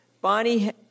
Bonnie